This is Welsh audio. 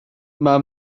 mae